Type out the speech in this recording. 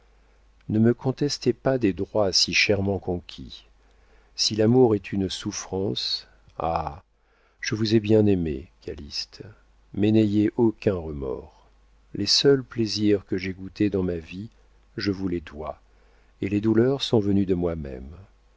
ne me contestez pas des droits si chèrement conquis si l'amour est une souffrance ah je vous ai bien aimé calyste mais n'ayez aucun remords les seuls plaisirs que j'aie goûtés dans ma vie je vous les dois et les douleurs sont venues de moi-même